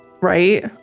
right